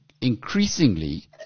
increasingly